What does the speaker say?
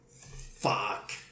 fuck